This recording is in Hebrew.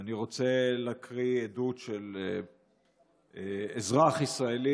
ואני רוצה להקריא עדות של אזרח ישראלי